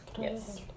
Yes